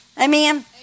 Amen